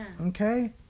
Okay